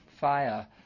fire